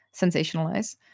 sensationalize